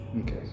Okay